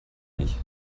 nicht